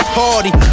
party